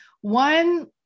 One